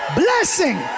blessing